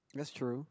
that's true